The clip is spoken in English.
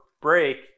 break